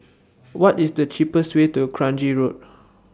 What IS The cheapest Way to Kranji Road